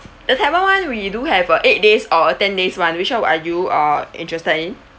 the taiwan [one] we do have a eight days or a ten days [one] which one are you uh interested in